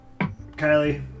kylie